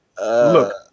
Look